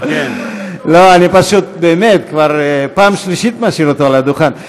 כמה שאילתות יש לו?